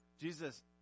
Jesus